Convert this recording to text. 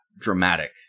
dramatic